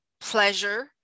pleasure